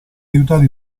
aiutare